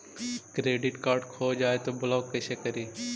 Credit card खो जाए तो ब्लॉक कैसे करी?